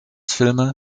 filme